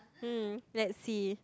mm let's see